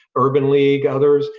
urban league, others,